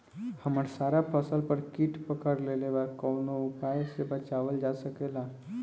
हमर सारा फसल पर कीट पकड़ लेले बा कवनो उपाय से बचावल जा सकेला?